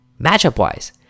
matchup-wise